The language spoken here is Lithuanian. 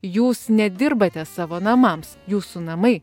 jūs nedirbate savo namams jūsų namai